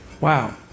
Wow